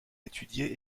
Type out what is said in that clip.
étudiée